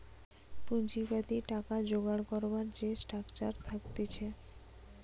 পুঁজিবাদী টাকা জোগাড় করবার যে স্ট্রাকচার থাকতিছে